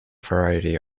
variety